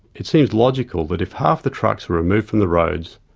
it seems logical that if half the trucks were removed from the roads,